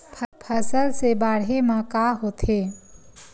फसल से बाढ़े म का होथे?